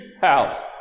house